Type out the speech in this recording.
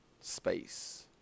space